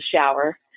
shower